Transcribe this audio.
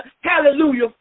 hallelujah